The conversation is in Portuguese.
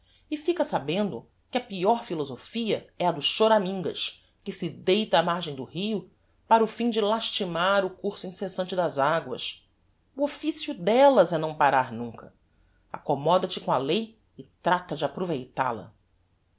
e fica sabendo que a peor philosophia é a do choramigas que se deita á margem do rio para o fim de lastimar o curso incessante das aguas o officio dellas é não parar nunca accommoda te com a lei e trata de